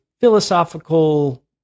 philosophical